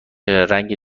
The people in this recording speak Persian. رنگ